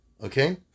okay